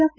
F